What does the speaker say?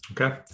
Okay